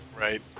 Right